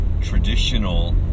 traditional